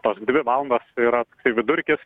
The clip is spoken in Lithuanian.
tos dvi valandos tai yra tai vidurkis